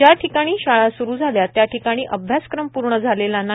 ज्या ठिकाणी शाळा सुरु झाल्या त्या ठिकाणी अभ्यासक्रम पूर्ण करू शकलो नाही